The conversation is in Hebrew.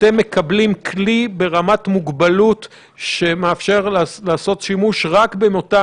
אתם מקבלים כלי ברמת מוגבלות שמאפשר לעשות שימוש רק באותם